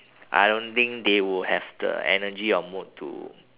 I don't think they would have the energy or mood to